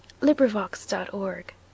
LibriVox.org